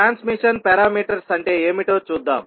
transmission parameters అంటే ఏమిటో చూద్దాం